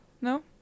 No